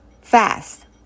fast